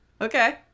Okay